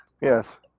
Yes